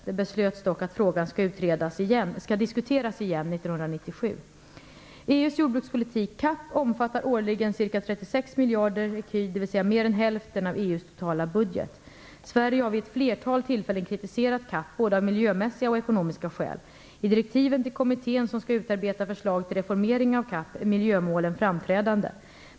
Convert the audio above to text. Det beslutades dock att frågan skulle diskuteras igen 36 miljarder ecu, dvs. mer än hälften av EU:s totala budget. Sverige har vid ett flertal tillfällen kritiserat CAP, både av miljömässiga och av ekonomiska skäl. I direktiven till kommittén som skall utarbeta förslag till reformering av CAP är miljömålen framträdande.